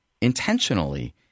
intentionally